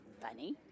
funny